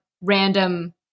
random